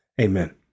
Amen